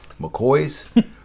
McCoys